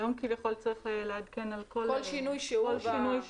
היום כביכול צריך לעדכן על כל שינוי שהוא.